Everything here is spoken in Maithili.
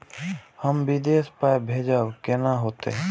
हम विदेश पाय भेजब कैना होते?